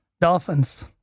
Dolphins